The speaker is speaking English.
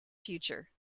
future